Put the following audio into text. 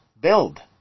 build